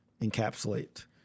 encapsulate